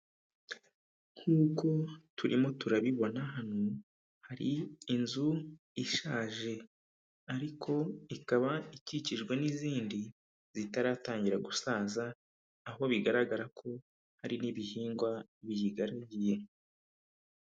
Nk'uko turimo turabibona hano hari inzu ishaje, ariko ikaba ikikijwe n'izindi zitaratangira gusaza, aho bigaragara ko hari n'ibihingwa biyigaragiye.